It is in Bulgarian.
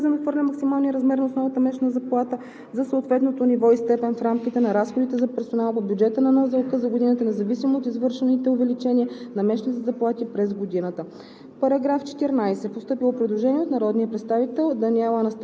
индивидуалните основни месечни заплати на служителите в администрацията на НЗОК, без да надхвърля максималния размер на основната месечна заплата за съответното ниво и степен, в рамките на разходите за персонал по бюджета на НЗОК за годината независимо от извършените увеличения на месечните заплати през годината.“